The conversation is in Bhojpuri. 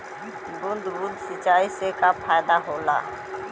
बूंद बूंद सिंचाई से का फायदा होला?